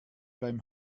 beim